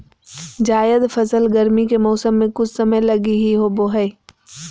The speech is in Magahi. जायद फसल गरमी के मौसम मे कुछ समय लगी ही होवो हय